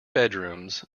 bedrooms